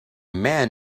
man